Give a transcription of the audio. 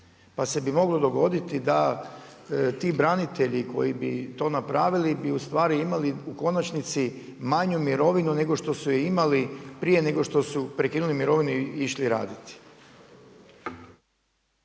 Pa bi se moglo dogoditi da ti branitelji koji bi to napravili bi imali u konačnici manju mirovinu nego što su je imali prije nego što su prekinuli mirovinu i išli raditi.